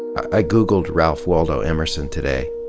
i googled ralph waldo emerson today,